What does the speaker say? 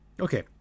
Okay